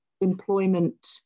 employment